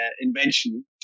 invention